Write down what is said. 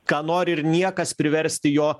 ką nori ir niekas priversti jo